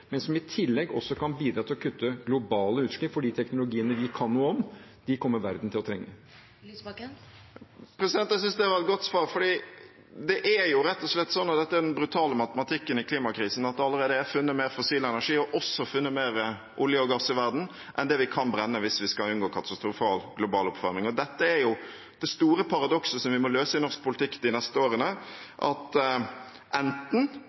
men som i tillegg kan bidra til å kutte globale utslipp. For de teknologiene vi kan noe om, kommer verden til å trenge. Audun Lysbakken – til oppfølgingsspørsmål. Jeg synes det var et godt svar, for det er jo rett og slett sånn at den brutale matematikken i klimakrisen, er at det allerede er funnet mer fossil energi i verden, også mer olje og gass, enn det vi kan brenne hvis vi skal unngå katastrofal global oppvarming. Dette er det store paradokset som vi må løse i norsk politikk de neste årene: Enten